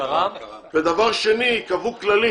דבר שני, ייקבעו כללים